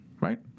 Right